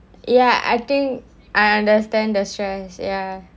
ya I think I understand the stress ya